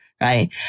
right